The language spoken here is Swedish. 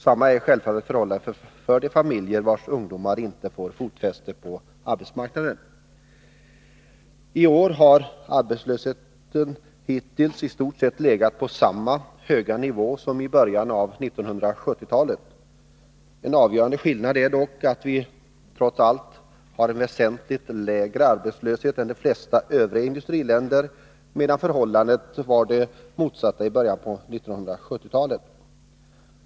Samma är självfallet — sättningsåtgärder förhållandet för de familjer vilkas ungdomar inte får fotfäste på arbetsmarknaden. I år har arbetslösheten hittills i stort sett legat på samma höga nivå som i början av 1970-talet. En avgörande skillnad är dock att vi nu trots allt har en väsentligt lägre arbetslöshet än de flesta övriga industriländer, medan förhållandet var det motsatta i början av 1970-talet.